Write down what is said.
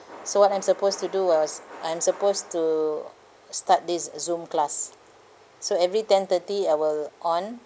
so what I'm supposed to do uh I am supposed to start this uh zoom class so every ten thirty I'll on